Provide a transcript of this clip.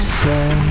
say